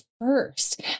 first